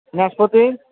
নাশপাতি